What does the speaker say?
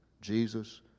Jesus